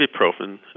ibuprofen